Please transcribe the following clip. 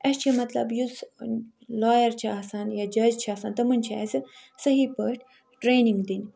اَسہِ چھِ مطلب یُس لایر چھِ آسان یا جج چھُ آسان تِمن چھِ اَسہِ صحیح پٲٹھۍ ٹرٛینِنٛگ دِنۍ